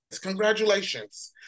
Congratulations